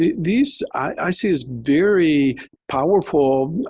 these i see is very powerful